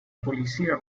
policía